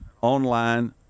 online